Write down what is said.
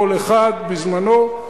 כל אחד בזמנו,